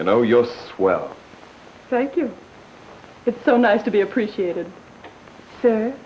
you know you're swell thank you it's so nice to be appreciated